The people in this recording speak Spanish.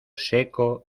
seco